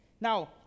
Now